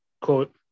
Quote